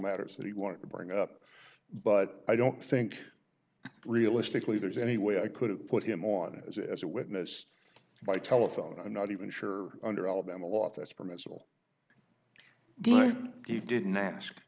matters that he wanted to bring up but i don't think realistically there's any way i could have put him on as as a witness by telephone and i'm not even sure under alabama law that's permissible he didn't ask